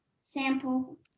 Sample